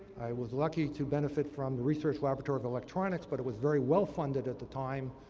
i was lucky to benefit from the research laboratory of electronics, but it was very well funded at the time.